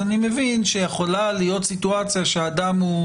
ואני מבין שיכולה להיות סיטואציה שבן אדם הוא